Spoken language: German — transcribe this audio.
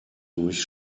durch